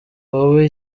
wowe